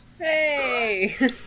Hey